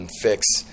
fix